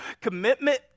commitment